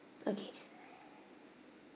okay